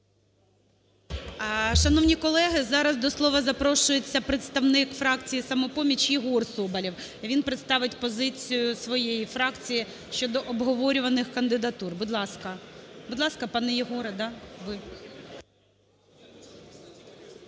Шановні колеги, зараз до слова запрошується представник фракції "Самопоміч" Єгор Соболєв. Він представить позицію своєї фракції щодо обговорюваних кандидатур. Будь ласка. Будь ласка,